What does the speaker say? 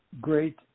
great